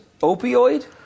opioid